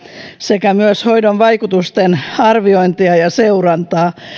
sekä myös hoidon vaikutusten arviointia ja seurantaa